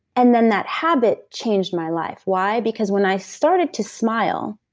and then that habit changed my life why? because when i started to smile,